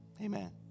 Amen